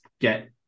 get